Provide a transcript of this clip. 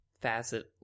facet